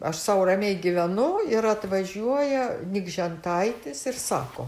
aš sau ramiai gyvenu ir atvažiuoja nikžentaitis ir sako